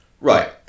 Right